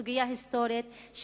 סוגיה היסטורית,